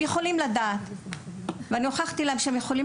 הם יכולים לדעת וגם הוכחתי את זה.